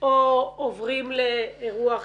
או עוברים לאירוע אחר?